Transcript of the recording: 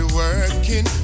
working